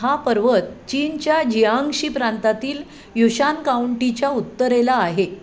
हा पर्वत चीनच्या जियांक्षी प्रांतातील युशान काउंटीच्या उत्तरेला आहे